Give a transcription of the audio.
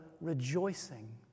rejoicing